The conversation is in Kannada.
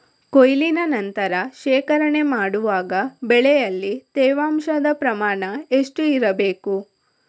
ಕೊಯ್ಲಿನ ನಂತರ ಶೇಖರಣೆ ಮಾಡುವಾಗ ಬೆಳೆಯಲ್ಲಿ ತೇವಾಂಶದ ಪ್ರಮಾಣ ಎಷ್ಟು ಇರಬೇಕು?